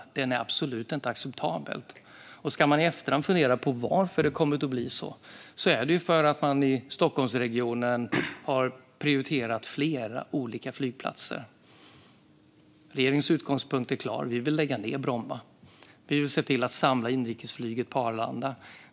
Den är absolut inte acceptabel. Man kan i efterhand fundera på varför det har blivit så. Det beror på att Stockholmsregionen har prioriterat flera olika flygplatser. Regeringens utgångspunkt är klar: Vi vill lägga ned Bromma flygplats och samla inrikesflyget på Arlanda.